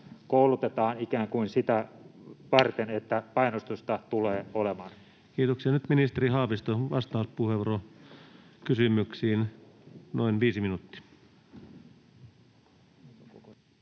koulutetaan sitä varten, että painostusta tulee olemaan? Kiitoksia. — Nyt ministeri Haavisto, vastauspuheenvuoro kysymyksiin, noin viisi minuuttia.